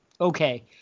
Okay